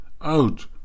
out